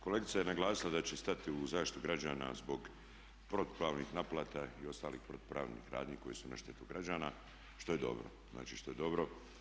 Kolegica je naglasila da će stati u zaštitu građana zbog protupravnih naplata i ostalih protupravnih radnji koje su na štetu građana što je dobro, znači što je dobro.